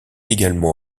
également